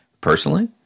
personally